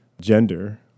gender